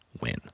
win